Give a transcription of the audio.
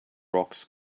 rocks